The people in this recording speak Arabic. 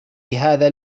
هذا